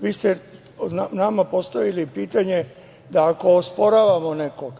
Vi ste nama postavili pitanje da ako osporavamo nekog,